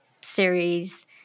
series